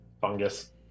Fungus